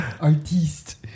Artiste